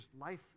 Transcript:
life